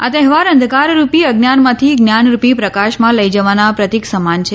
આ તહેવાર અંધકારરૂપી અજ્ઞાનમાંથી જ્ઞાનરૂપી પ્રકાશમાં લઈ જવાના પ્રતીક સમાન છે